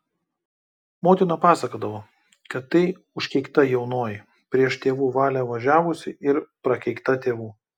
motina pasakodavo kad tai užkeikta jaunoji prieš tėvų valią važiavusi ir prakeikta tėvų